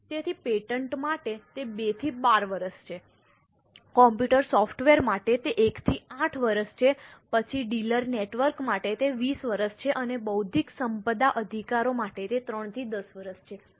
તેથી પેટન્ટ માટે તે 2 થી 12 વર્ષ છે કમ્પ્યુટર સોફ્ટવેર માટે તે 1 થી 8 વર્ષ છે પછી ડીલર નેટવર્ક માટે તે 20 વર્ષ છે અને બૌદ્ધિક સંપદા અધિકારો માટે તે 3 થી 10 વર્ષ છે